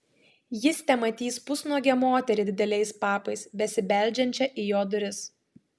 jis tematys pusnuogę moterį dideliais papais besibeldžiančią į jo duris